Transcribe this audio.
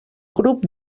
grup